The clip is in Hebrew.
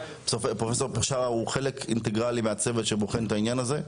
פרופ' (---) הוא חלק אינטגרלי מהצוות שבוחן את העניין הזה.